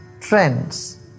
trends